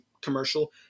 commercial